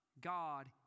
God